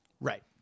Right